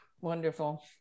wonderful